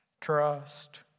trust